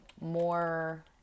more